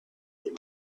him